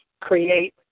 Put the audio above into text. create